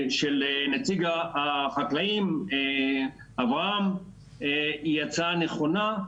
של נציג החקלאים אברהם היא הצעה נכונה,